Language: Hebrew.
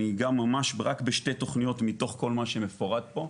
אני אגע ממש רק בשתי תוכניות מתוך כל מה שמפורט פה.